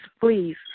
please